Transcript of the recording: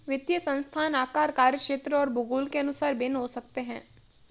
वित्तीय संस्थान आकार, कार्यक्षेत्र और भूगोल के अनुसार भिन्न हो सकते हैं